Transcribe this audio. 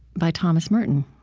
by thomas merton.